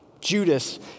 Judas